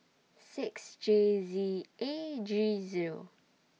six J Z A G Zero